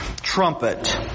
trumpet